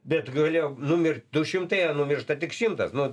bet galėjo numirt du šimtai numiršta tik šimtas nu